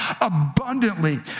abundantly